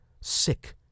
sick